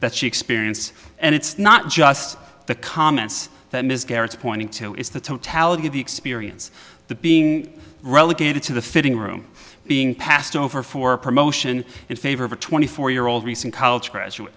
that she experience and it's not just the comments that miscarriage pointing to is the totality of the experience the being relegated to the fitting room being passed over for promotion in favor of a twenty four year old recent college graduate